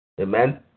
Amen